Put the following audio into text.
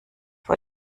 vor